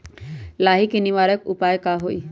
लाही के निवारक उपाय का होई?